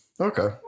Okay